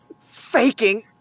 faking